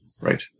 Right